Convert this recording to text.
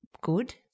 good